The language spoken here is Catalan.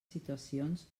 situacions